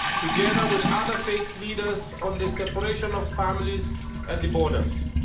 together with other faith leaders, on the separation of families at the borders.